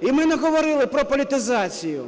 і ми не говорили про політизацію.